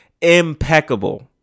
impeccable